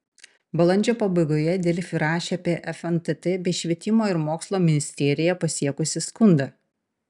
balandžio pabaigoje delfi rašė apie fntt bei švietimo ir mokslo ministeriją pasiekusį skundą